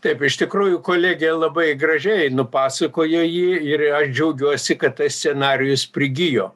taip iš tikrųjų kolegė labai gražiai nupasakojo jį ir aš džiaugiuosi kad tas scenarijus prigijo